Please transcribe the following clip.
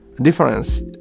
difference